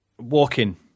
Walking